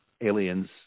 aliens